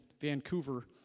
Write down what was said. Vancouver